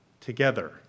together